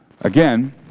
Again